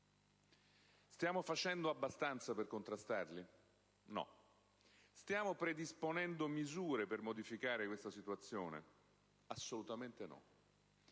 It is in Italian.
Stiamo facendo abbastanza per contrastarle? No. Stiamo predisponendo misure per modificare questa situazione? Assolutamente no.